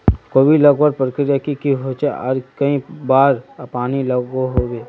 कोबी लगवार प्रक्रिया की की होचे आर कई बार पानी लागोहो होबे?